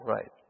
Right